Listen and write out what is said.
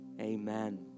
amen